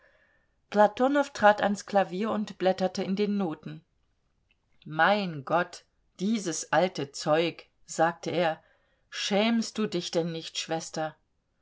platonow trat ans klavier und blätterte in den noten mein gott dieses alte zeug sagte er schämst du dich denn nicht schwester